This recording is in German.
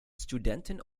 studenten